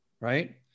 right